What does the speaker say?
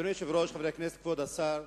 אדוני היושב-ראש, חברי הכנסת, כבוד השר,